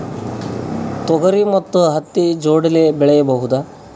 ತೊಗರಿ ಮತ್ತು ಹತ್ತಿ ಜೋಡಿಲೇ ಬೆಳೆಯಬಹುದಾ?